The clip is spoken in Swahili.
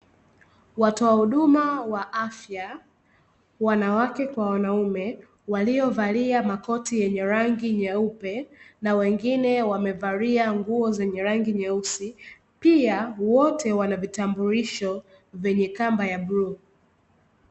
Watoa huduma wa afya wanawake kwa wanaume, walio valia makoti yenye rangi Nyeupe na wengine wamevalia nguo zenye rangi Nyeusi pia wote wanavitambulisho vyenye kamba ya Bluu.